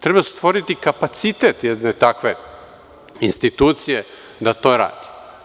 Treba stvoriti kapacitet jedne takve institucije da to radi.